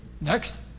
next